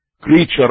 creature